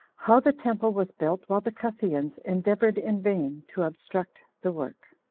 how the temple was built while the cutheans endeavored in vain to obstruct the work.